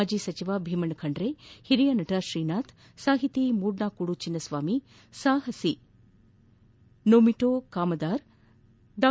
ಮಾಜಿ ಸಚಿವ ಭೀಮಣ್ಣ ಖಂಡ್ರೆ ಹಿರಿಯ ನಟ ಶ್ರೀನಾಥ್ ಸಾಹಿತಿ ಮೂಡ್ನಾಕೂದು ಚಿನ್ನಸ್ವಾಮಿ ಸಾಹಸಿ ನೊಮಿಟೋ ಕಾಮದಾರ್ ಡಾ